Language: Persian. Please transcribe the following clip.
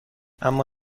اما